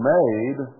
made